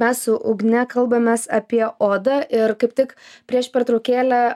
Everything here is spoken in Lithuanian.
mes su ugne kalbamės apie odą ir kaip tik prieš pertraukėlę